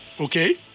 Okay